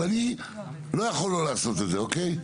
אבל אני, לא יכול לא לעשות את זה, אוקיי?